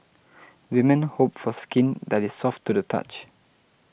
women hope for skin that is soft to the touch